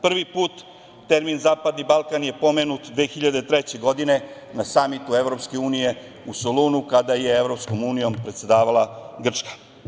Prvi put termin Zapadni Balkan je pomenut 2003. godine na Samitu Evropske unije u Solunu, kada je Evropskom unijom predsedavala Grčka.